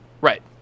Right